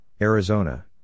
Arizona